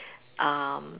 um